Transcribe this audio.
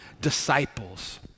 disciples